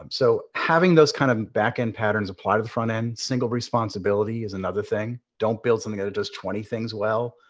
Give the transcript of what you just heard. um so, having those kind of back end patterns apply to the front end. single responsibility is another thing. don't build something that it does twenty things well,